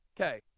Okay